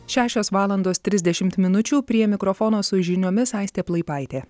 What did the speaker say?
šešios valandos trisdešimt minučių prie mikrofono su žiniomis aistė plaipaitė